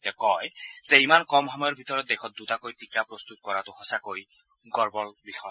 তেওঁ কয় যে ইমান কম সময়ৰ ভিতৰত দেশত দুটাকৈ টীকা প্ৰস্তুত কৰাটো সঁচাকৈ গৰ্বৰ বিষয়